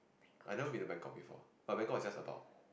I have never been to Bangkok before but Bangkok is just about